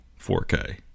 4K